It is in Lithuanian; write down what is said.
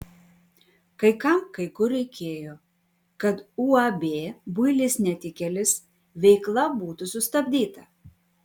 kai kam kai kur reikėjo kad uab builis netikėlis veikla būtų sustabdyta